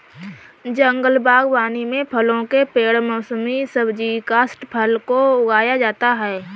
जंगल बागवानी में फलों के पेड़ मौसमी सब्जी काष्ठफल को उगाया जाता है